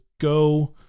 go